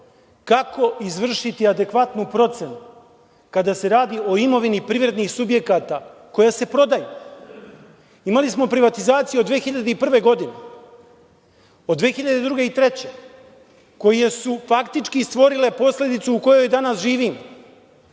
kako izvršiti adekvatnu procenu kada se radi o imovini privrednih subjekata koja se prodaje. Imali smo privatizacije od 2001. godine, od 2002. i 2003. godine koje su faktički stvorile posledicu u kojoj danas živimo.